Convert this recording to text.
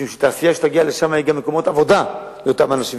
משום שתעשייה שתגיע לשם תיצור גם מקומות עבודה לאותם אנשים,